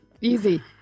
Easy